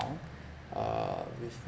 uh with